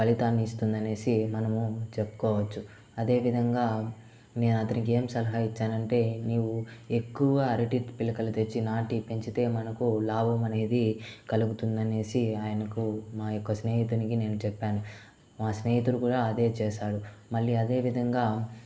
ఫలితాన్ని ఇస్తుందనేసి మనము చెప్పుకోవచ్చు అదేవిధంగా నేను అతనికి ఏమి సలహా ఇచ్చాను అంటే నీవు ఎక్కువ అరటి పిలుకలు తెచ్చి నాటి పెంచితే మనకు లాభం అనేది కలుగుతుదనేసి ఆయనకు నాయొక్క స్నేహితునికి నేను చెప్పాను నా స్నేహితుడు కూడా అదే చేశాడు మళ్ళీ అదే విధంగా